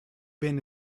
been